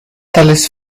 tales